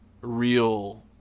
real